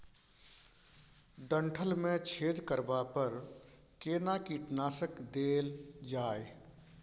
डंठल मे छेद करबा पर केना कीटनासक देल जाय?